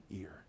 ear